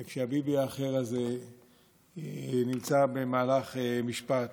וכשהביבי האחר הזה נמצא במהלך משפט,